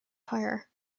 fire